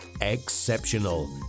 exceptional